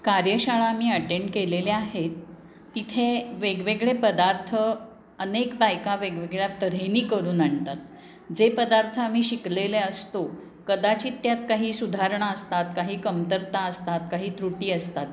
कार्यशाळा मी अटेंड केलेल्या आहेत तिथे वेगवेगळे पदार्थ अनेक बायका वेगवेगळ्या तऱ्हेने करून आणतात जे पदार्थ आम्ही शिकलेले असतो कदाचित त्यात काही सुधारणा असतात काही कमतरता असतात काही त्रुटी असतात